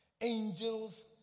Angels